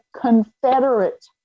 Confederate